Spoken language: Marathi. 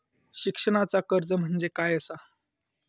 शिक्षणाचा कर्ज म्हणजे काय असा?